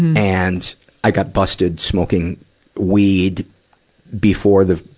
and i got busted smoking weed before the,